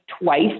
twice